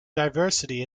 diversity